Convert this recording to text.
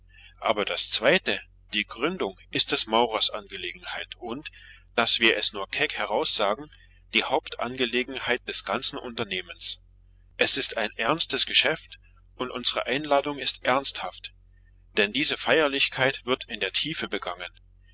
aber das zweite die gründung ist des maurers angelegenheit und daß wir es nur keck heraussagen die hauptangelegenheit des ganzen unternehmens es ist ein ernstes geschäft und unsre einladung ist ernsthaft denn diese feierlichkeit wird in der tiefe begangen